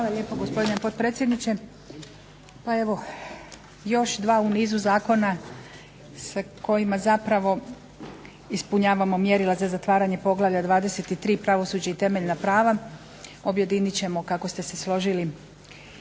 Hvala lijepo gospodine potpredsjedniče. Još dva u nizu zakona sa kojima zapravo ispunjavamo mjerila za zatvaranje poglavlja 23. pravosuđe i temeljna prava, objedinit ćemo kako ste se složili